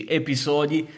episodi